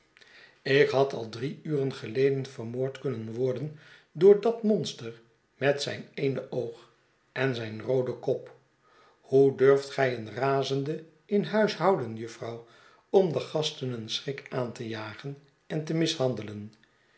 ik had al drie uren geleden vermoord kunnen worden door dat monster met zij n eene oog en zijn rooden kop hoe durft gij een razende in huis houden jufvrouw i om de gasten een schrik aan te jagen en te mishandelen